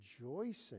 rejoicing